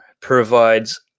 provides